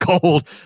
cold